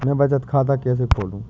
मैं बचत खाता कैसे खोलूँ?